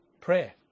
prayer